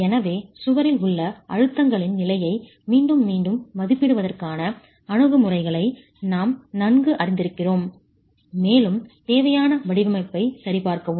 எனவே சுவரில் உள்ள அழுத்தங்களின் நிலையை மீண்டும் மீண்டும் மதிப்பிடுவதற்கான அணுகுமுறைகளை நாம் நன்கு அறிந்திருக்கிறோம் மேலும் தேவையான வடிவமைப்பைச் சரிபார்க்கவும்